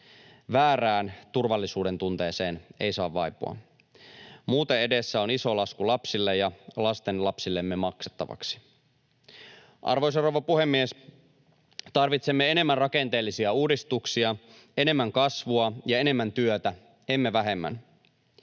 Väärään turvallisuudentunteeseen ei saa vaipua. Muuten edessä on iso lasku lapsillemme ja lastenlapsillemme maksettavaksi. Arvoisa rouva puhemies! Tarvitsemme enemmän rakenteellisia uudistuksia, enemmän kasvua ja enemmän työtä, emme vähemmän.